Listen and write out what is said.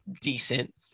decent